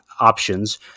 options